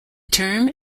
term